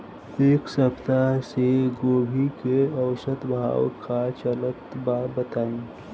एक सप्ताह से गोभी के औसत भाव का चलत बा बताई?